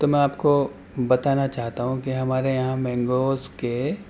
تو میں آپ کو بتانا چاہتا ہوں کہ ہمارے یہاں مینگوز کے